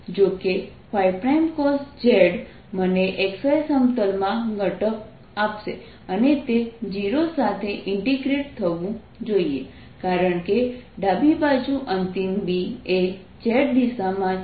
જો કે z મને x y સમતલમાં ઘટક આપશે અને તે 0 સાથે ઇન્ટિગ્રેટ થવું જોઈએ કારણ કે ડાબી બાજુ અંતિમ B એ z દિશામાં છે